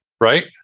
Right